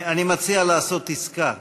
אני מציע לעשות עסקה: